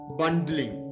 bundling